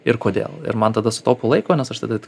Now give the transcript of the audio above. ir kodėl ir man tada sutaupo laiko nes aš tada